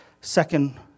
Second